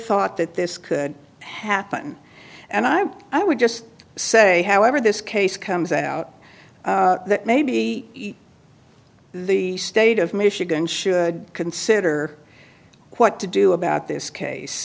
thought that this could happen and i i would just say however this case comes out that maybe the state of michigan should consider what to do about this